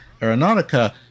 Aeronautica